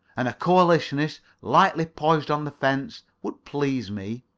and a coalitionist lightly poised on the fence, would please me.